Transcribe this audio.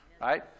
right